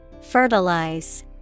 Fertilize